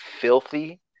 filthy